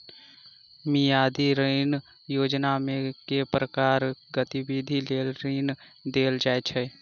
मियादी ऋण योजनामे केँ प्रकारक गतिविधि लेल ऋण देल जाइत अछि